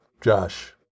Josh